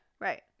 Right